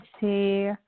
see